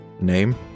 Name